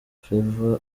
favor